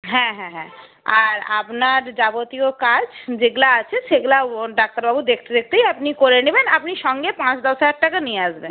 হ্যাঁ হ্যাঁ হ্যাঁ আর আপনার যাবতীয় কাজ যেগুলো আছে সেগুলো ও ডাক্তারবাবু দেখতে দেখতেই আপনি করে নেবেন আপনি সঙ্গে পাঁচ দশ হাজার টাকা নিয়ে আসবেন